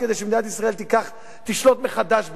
כדי שמדינת ישראל תשלוט מחדש בעזה,